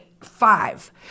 five